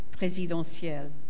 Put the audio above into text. présidentielle